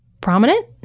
prominent